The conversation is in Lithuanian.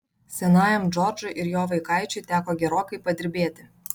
senajam džordžui ir jo vaikaičiui teko gerokai padirbėti